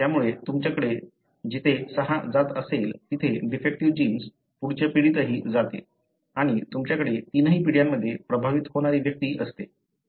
तर त्यामुळे तुमच्याकडे जिथे 6 जात असेल ते डिफेक्टीव्ह जीन्स पुढच्या पिढीतही जाते आणि तुमच्याकडे तिन्ही पिढ्यांमध्ये प्रभावित होणारी व्यक्ती असते